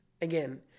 again